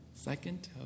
Second